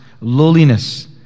lowliness